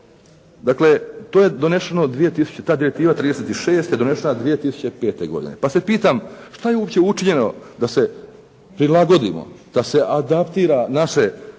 donešeno, ta direktiva 36 je donešena 2005. godine. Pa se pitam šta je uopće učinjeno da se prilagodimo, da se adaptira naš